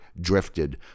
drifted